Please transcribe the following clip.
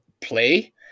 play